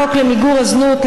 חוק למיגור הזנות,